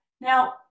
Now